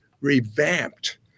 revamped